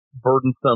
burdensome